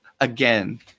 again